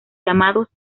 llamados